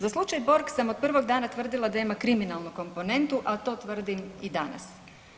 Za slučaj Borg sam od prvog dana tvrdila da ima kriminalnu komponentu, a to tvrdim i danas.